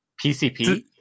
PCP